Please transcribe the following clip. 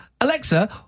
Alexa